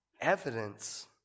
evidence